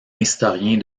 historien